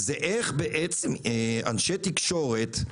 זה איך אנשי תקשורת,